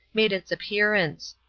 made its appearance.